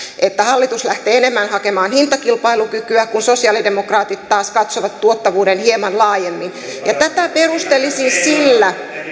että hallitus lähtee enemmän hakemaan hintakilpailukykyä kun sosialidemokraatit taas katsovat tuottavuuden hieman laajemmin tätä perustelisin sillä